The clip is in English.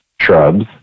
shrubs